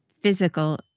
physical